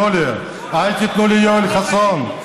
אל תיתנו ליואל חסון.